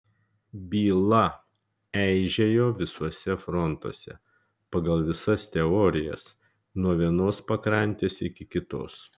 byla eižėjo visuose frontuose pagal visas teorijas nuo vienos pakrantės iki kitos